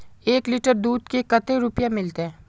एक लीटर दूध के कते रुपया मिलते?